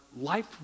life